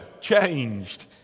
changed